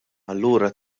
allura